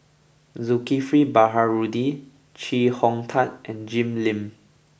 Zulkifli Baharudin Chee Hong Tat and Jim Lim